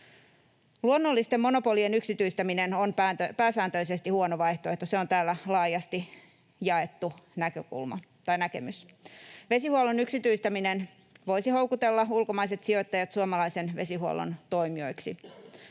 Luonnollisten monopolien yksityistäminen on pääsääntöisesti huono vaihtoehto. Se on täällä laajasti jaettu näkemys. Vesihuollon yksityistäminen voisi houkutella ulkomaiset sijoittajat suomalaisen vesihuollon toimijoiksi.